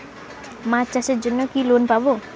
মাছ চাষের জন্য কি লোন পাব?